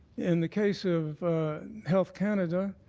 in the case of health canada,